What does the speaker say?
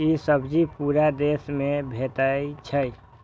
ई सब्जी पूरा देश मे भेटै छै